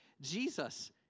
Jesus